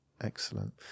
Excellent